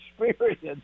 experience